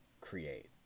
create